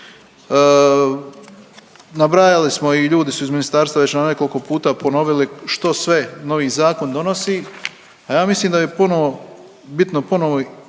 Nabrajali smo i ljudi su iz ministarstva već nam nekolko puta ponovili što sve novi zakon donosi, a ja mislim da je bitno ponovno